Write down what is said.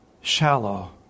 shallow